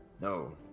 No